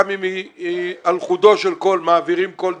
גם אם על חודו של קול מעבירים כל דבר,